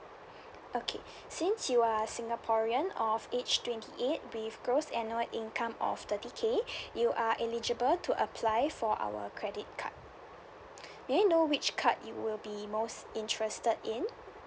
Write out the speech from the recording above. okay since you are singaporean of age twenty eight with gross annual income of thirty K you are eligible to apply for our credit card may I know which card you will be most interested in